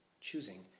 choosing